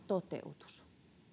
toteutus